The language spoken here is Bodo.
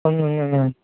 ओं ओं ओं ओं